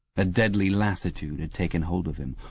a deadly lassitude had taken hold of him.